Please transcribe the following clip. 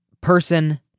person